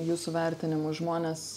jūsų vertinimu žmonės